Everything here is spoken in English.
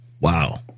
Wow